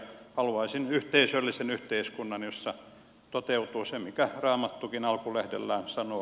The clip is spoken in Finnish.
haluaisin yhteisöllisen yhteiskunnan jossa toteutuu se minkä raamattukin alkulehdellään sanoo